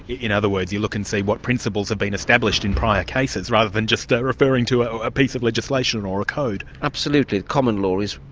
in other words, you look and see what principles have been established in prior cases rather than just referring to a piece of legislation or a code? absolutely. common law is,